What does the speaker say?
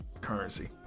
Currency